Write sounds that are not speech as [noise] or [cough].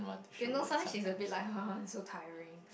you know sometimes she's a bit like [laughs] so tiring